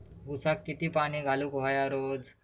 ऊसाक किती पाणी घालूक व्हया रोज?